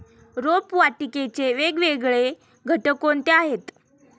रोपवाटिकेचे वेगवेगळे घटक कोणते आहेत?